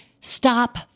stop